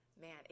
man